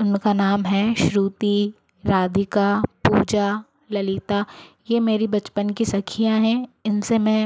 उनका नाम है श्रुति राधिका पूजा ललिता ये मेरी बचपन की सखियां है इन से मैं